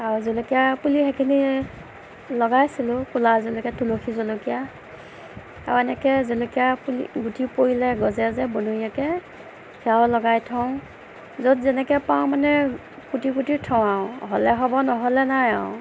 আৰু জলকীয়া পুলি সেইখিনি লগাইছিলোঁ ক'লা জলকীয়া তুলসী জলকীয়া আৰু এনেকে জলকীয়া পুলি গুটি পৰিলে গজে যে বনৰীয়াকে সেয়াও লগাই থওঁ য'ত যেনেকে পাওঁ মানে পুতি পুতি থওঁ আৰু হ'লে হ'ব নহ'লে নাই আৰু